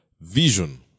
vision